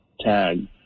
tag